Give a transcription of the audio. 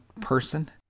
person